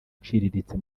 iciriritse